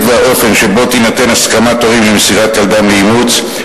והאופן שבו תינתן הסכמת הורים למסירת ילדם לאימוץ,